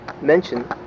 mention